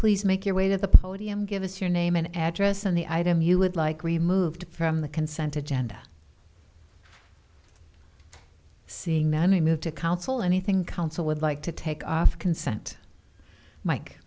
please make your way to the podium give us your name and address and the item you would like removed from the consented genda seeing many move to council anything council would like to take off consent mike